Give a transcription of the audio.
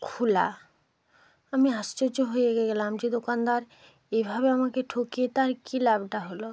খোলা আমি আশ্চর্য হয়ে গেলাম যে দোকানদার এভাবে আমাকে ঠগিয়ে তার কী লাভটা হলো